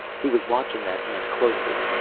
he was watching that hand closely,